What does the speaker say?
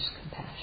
compassion